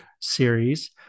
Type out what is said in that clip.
series